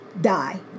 die